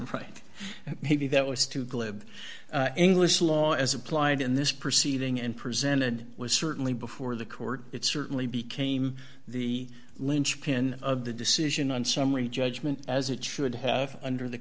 right maybe that was too glib english law as applied in this proceeding and presented was certainly before the court it certainly became the linchpin of the decision on summary judgment as it should have under the